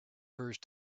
first